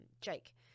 Jake